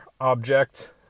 object